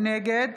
נגד